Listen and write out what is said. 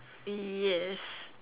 yes